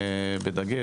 בדגש,